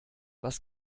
was